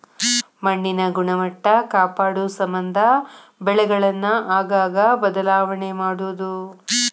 ಮಣ್ಣಿನ ಗುಣಮಟ್ಟಾ ಕಾಪಾಡುಸಮಂದ ಬೆಳೆಗಳನ್ನ ಆಗಾಗ ಬದಲಾವಣೆ ಮಾಡುದು